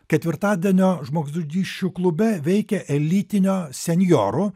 ketvirtadienio žmogžudysčių klube veikia elitinio senjorų